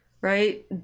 right